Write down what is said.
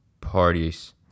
parties